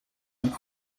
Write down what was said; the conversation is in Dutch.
een